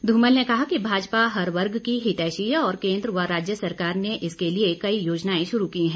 धूमल ने कहा कि भाजपा हर वर्ग की हितैशी है और केंद्र व राज्य सरकार ने इसके लिए कई योजनाएं शुरू की हैं